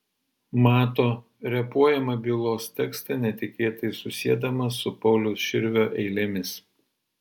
mato repuojamą bylos tekstą netikėtai susiedamas su pauliaus širvio eilėmis